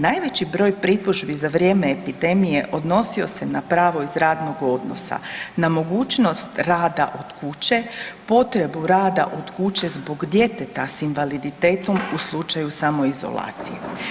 Najveći broj pritužbi za vrijeme epidemije odnosio se na pravo iz radnog odnosa, na mogućnost rada od kuće, potrebu rada od kuće zbog djeteta s invaliditetom u slučaju samoizolacije.